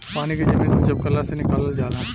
पानी के जमीन से चपाकल से निकालल जाला